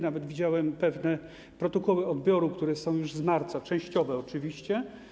Nawet widziałem pewne protokoły odbioru, które są już z marca, częściowe oczywiście.